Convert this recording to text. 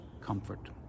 comfort